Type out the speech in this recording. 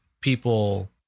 people